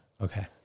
Okay